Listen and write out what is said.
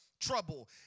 trouble